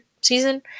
season